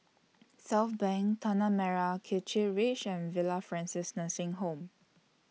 Southbank Tanah Merah Kechil Ridge and Villa Francis Nursing Home